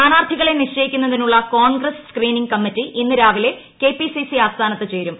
സ്ഥാനാർത്ഥികളെ നിശ്ചയിക്കുന്നതിനുള്ള Congress screening committee ഇന്ന് രാവിലെ കെപിസിസി ആസ്ഥാനത്ത് ചേരും